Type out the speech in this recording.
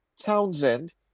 Townsend